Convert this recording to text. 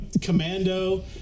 Commando